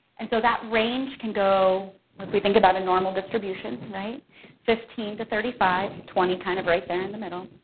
and so that range can go if we think about a normal distribution right fifteen to thirty five, twenty kind of right there in the middle.